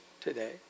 today